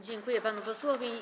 Dziękuję panu posłowi.